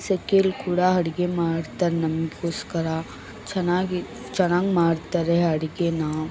ಸೆಕೆಯಲ್ ಕೂಡ ಅಡ್ಗೆ ಮಾಡ್ತಾರೆ ನಮಗೋಸ್ಕರ ಚೆನ್ನ್ನಾಗಿ ಚೆನ್ನಾಗ್ ಮಾಡ್ತಾರೆ ಅಡ್ಗೆನಾ